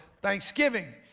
Thanksgiving